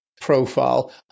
profile